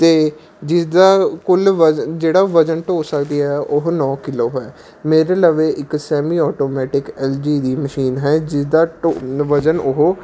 ਅਤੇ ਜਿਸਦਾ ਕੁੱਲ ਵਜ ਜਿਹੜਾ ਵਜ਼ਨ ਧੋ ਸਕਦੀ ਹੈ ਉਹ ਨੌ ਕਿੱਲੋ ਹੈ ਮੇਰੇ ਲਵੇ ਇੱਕ ਸੈਮੀ ਆਟੋਮੈਟਿਕ ਐੱਲ ਜੀ ਦੀ ਮਸ਼ੀਨ ਹੈ ਜਿਹਦਾ ਧੋੋਣ ਵਜ਼ਨ ਉਹ